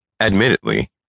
Admittedly